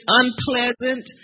unpleasant